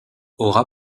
aura